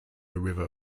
river